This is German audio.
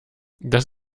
das